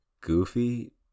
Goofy